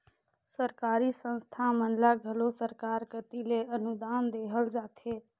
सरकारी संस्था मन ल घलो सरकार कती ले अनुदान देहल जाथे